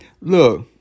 Look